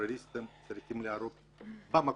הטרוריסטים צריכים להרוג במקום.